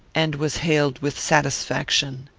and was hailed with satisfaction.